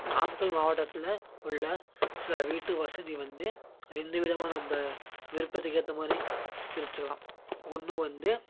நாமக்கல் மாவட்டத்தில் உள்ள சில வீட்டு வசதி வந்து ரெண்டு விதமாக நம்ம விருப்பத்துக்கு ஏற்ற மாதிரி பிரிச்சுக்கலாம் ஒன்று வந்து